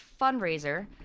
fundraiser